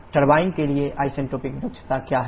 turbine के लिए isentropic दक्षता क्या है